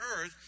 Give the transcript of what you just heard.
earth